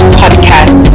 podcast